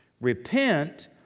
Repent